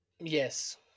Yes